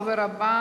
הדובר הבא,